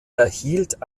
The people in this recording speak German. erhielt